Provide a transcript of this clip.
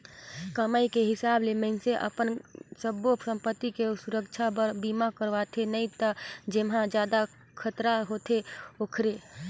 कमाई के हिसाब ले मइनसे अपन सब्बो संपति के सुरक्छा बर बीमा करवाथें नई त जेम्हे जादा खतरा होथे ओखरे